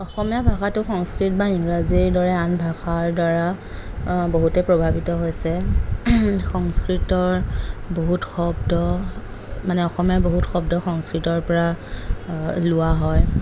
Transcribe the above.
অসমীয়া ভাষাটো সংস্কৃত বা ইংৰাজীৰ দৰে আন ভাষাৰদ্বাৰা বহুতে প্ৰভাৱিত হৈছে সংস্কৃতৰ বহুত শব্দ মানে অসমীয়াৰ বহুত শব্দ সংস্কৃতৰপৰা লোৱা হয়